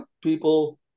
people